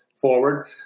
forward